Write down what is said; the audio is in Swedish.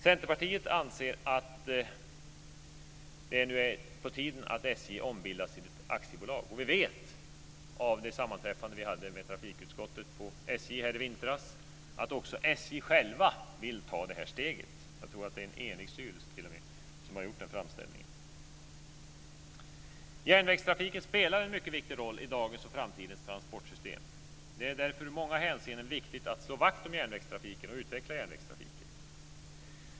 Centerpartiet anser att det nu är på tiden att SJ ombildas till ett aktiebolag, och vi vet av det sammanträffande som trafikutskottet hade med SJ i vintras att också SJ självt vill ta det här steget. Jag tror t.o.m. att det är en enig styrelse som har gjort den framställningen. Järnvägstrafiken spelar en mycket viktig roll i dagens och framtidens transportsystem. Det är därför ur många hänseenden viktigt att slå vakt om järnvägstrafiken och utveckla den.